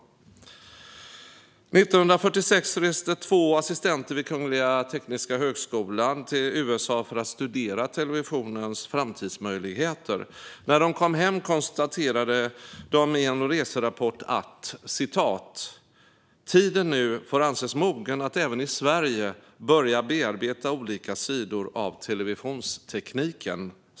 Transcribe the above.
År 1946 reste två assistenter vid Kungliga Tekniska högskolan till USA för att studera televisionens framtidsmöjligheter. När de kom hem konstaterade de i en reserapport att "tiden nu får anses mogen att även i Sverige börja bearbeta olika sidor av televisionstekniken".